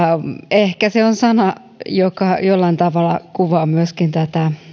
ehkä se on sana joka jollain tavalla kuvaa myöskin tätä